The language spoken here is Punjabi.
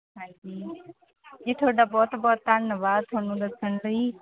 ਹਾਂਜੀ ਜੀ ਤੁਹਾਡਾ ਬਹੁਤ ਬਹੁਤ ਧੰਨਵਾਦ ਤੁਹਾਨੂੰ ਦੱਸਣ ਲਈ